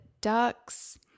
ducks